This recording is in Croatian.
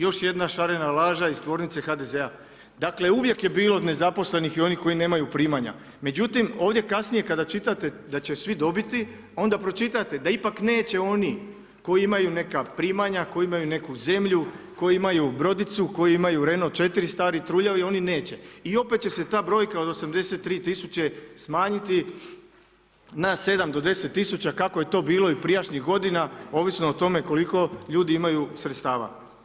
Još jedna šarena laža iz tvornice HDZ-a, dakle uvijek je bilo nezaposlenih i onih koji nemaju primanja međutim ovdje kasnije kada čitate da će svi dobiti, onda pročitate da ipak neće oni koji imaju neka primanja, koji imaju neku zemlju, koji imaju brodicu, koji imaju Renault 4 stari truljavi, oni neće i opet će se ta brojka od 83 000 smanjiti na 7 do 10 000 kako je to bilo i prijašnjih godina, ovisno o tome koliko ljudi imaju sredstava.